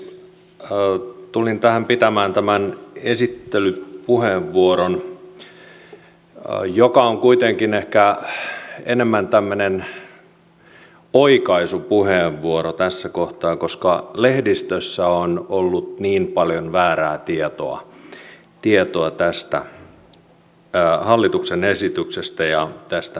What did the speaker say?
tulin tähän käyttämään tämän esittelypuheenvuoron joka on kuitenkin ehkä enemmän tämmöinen oikaisupuheenvuoro tässä kohtaa koska lehdistössä on ollut niin paljon väärää tietoa tästä hallituksen esityksestä ja tästä mietinnöstä